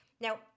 now